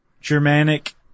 Germanic